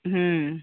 ᱦᱩᱸ